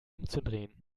umzudrehen